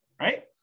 right